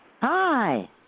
Hi